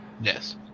Yes